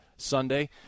Sunday